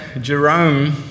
Jerome